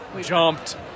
Jumped